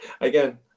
Again